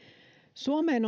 suomeen